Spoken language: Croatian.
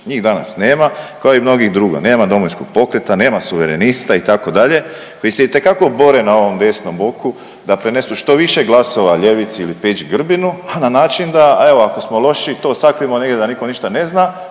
Njih danas nema kao i mnogih drugo, nema Domovinskog pokreta, nema Suverenista itd. koji se itekako bore na ovom desnom boku da prenesu što više glasova ljevici ili Peđi Grbinu, a na način da evo ako smo loši to sakrijemo negdje da niko ništa ne zna,